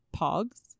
Pogs